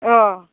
अह